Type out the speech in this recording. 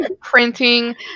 printing